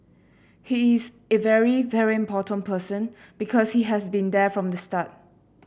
he is a very very important person because he has been there from the start